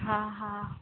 हा हा